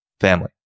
family